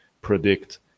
predict